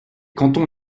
cantons